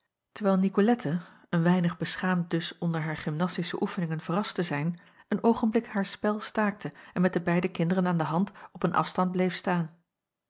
terwijl nicolette een weinig beschaamd dus onder haar gymnastische oefeningen verrast te zijn een oogenblik haar spel staakte en met de beide kinderen aan de hand op een afstand bleef staan